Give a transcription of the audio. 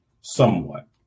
somewhat